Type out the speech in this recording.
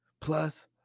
plus